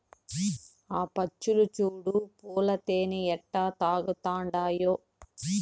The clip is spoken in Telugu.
ఆ పచ్చులు చూడు పూల తేనె ఎట్టా తాగతండాయో